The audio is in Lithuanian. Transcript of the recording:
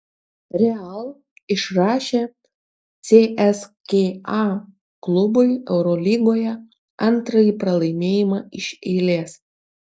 real išrašė cska klubui eurolygoje antrąjį pralaimėjimą iš eilės